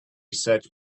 search